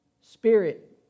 Spirit